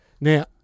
Now